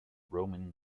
roman